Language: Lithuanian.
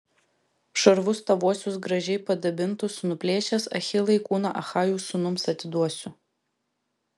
šarvus tavuosius gražiai padabintus nuplėšęs achilai kūną achajų sūnums atiduosiu